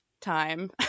time